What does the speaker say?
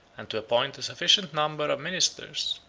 and to appoint a sufficient number of ministers,